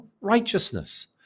Righteousness